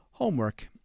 homework